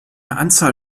anzahl